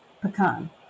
Pecan